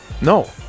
No